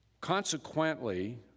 Consequently